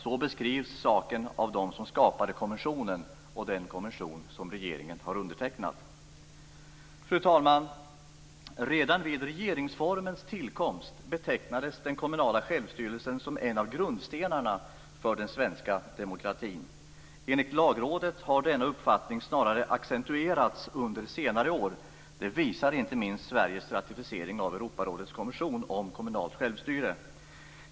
Så beskrivs saken av dem som skapade konventionen och av den konvention som regeringen har undertecknat. Fru talman! Redan vid regeringsformens tillkomst betecknades den kommunala självstyrelsen som en av grundstenarna för den svenska demokratin. Enligt Lagrådet har denna uppfattning snarare accentuerats under senare år. Det visar inte minst Sveriges ratificering av Europarådets konvention om kommunalt självstyre.